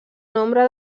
nombre